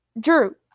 Drew